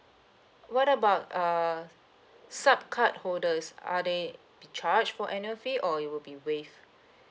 what about uh sub cardholders are they be charged for annual fee or it will be waived